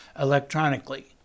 electronically